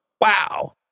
Wow